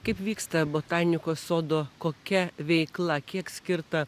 kaip vyksta botanikos sodo kokia veikla kiek skirta